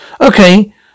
Okay